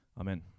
Amen